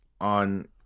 on